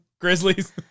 Grizzlies